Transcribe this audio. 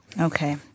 Okay